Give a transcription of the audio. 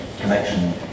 connection